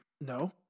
No